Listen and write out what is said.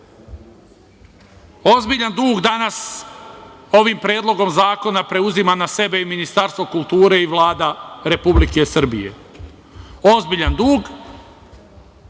porodici. Ozbiljan dug danas ovim Predlogom zakona preuzima na sebe i Ministarstvo kulture i Vlada Republike Srbije. Ozbiljan dug